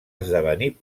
esdevenir